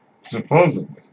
Supposedly